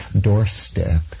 doorstep